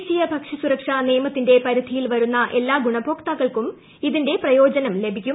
ദേശീയ ഭക്ഷ്യസുരക്ഷാ നിയമുത്തിന്റെ പരിധിയിൽ വരുന്ന് എല്ലാ ഗുണഭോക്താക്കൾക്കും ്ട് ഇതീന്റെ പ്രയോജനം ലഭിക്കും